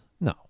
No